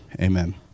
amen